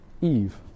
Eve